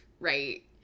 Right